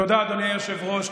תודה, אדוני היושב-ראש.